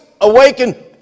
awaken